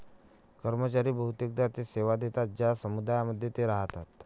कर्मचारी बहुतेकदा ते सेवा देतात ज्या समुदायांमध्ये ते राहतात